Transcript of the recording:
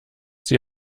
sie